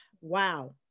wow